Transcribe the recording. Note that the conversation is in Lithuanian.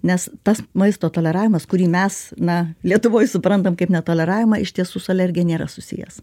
nes tas maisto toleravimas kurį mes na lietuvoj suprantam kaip netoleravimą ištiesų su alergija nėra susijęs